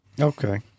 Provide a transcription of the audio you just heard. Okay